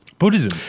Buddhism